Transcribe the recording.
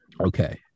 okay